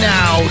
Now